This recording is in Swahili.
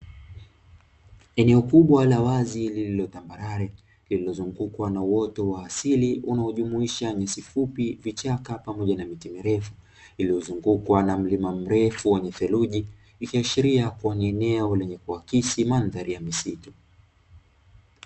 Eneo kubwa la wazi lililo tambarare lililozungukwa na uoto wa asili unaojumuisha nyasi fupi, vichaka pamoja na miti mirefu, iliyozungukwa na mlima mrefu wenye seruji, ikiashiria kuwa ni eneo lenye kuakisi mandhari ya misitu.